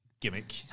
gimmick